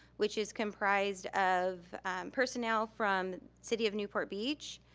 which is comprised of personnel from city of newport beach,